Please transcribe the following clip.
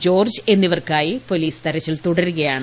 George എന്നിവർക്കായി police തിരച്ചിൽ തുടരുകയാണ്